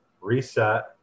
reset